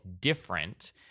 different